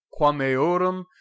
quameorum